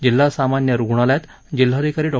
जिल्हा सामान्य रुग्णालयात जिल्हाधिकारी डॉ